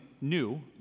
new